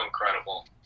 incredible